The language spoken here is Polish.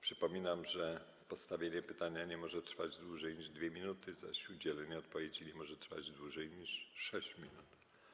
Przypominam, że postawienie pytania nie może trwać dłużej niż 2 minuty, zaś udzielenie odpowiedzi nie może trwać dłużej niż 6 minut.